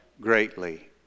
greatly